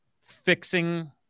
fixing